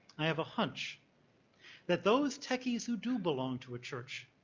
i have a hunch that those techies who do belong to a church,